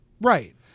Right